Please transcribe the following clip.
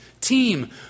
Team